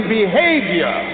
behavior